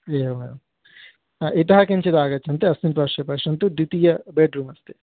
एवमेवं इतः किञ्चिदागच्छन्तु अस्मिन् पार्श्वे पश्यन्तु द्वितीयं बेड्रूम् अस्ति